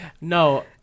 No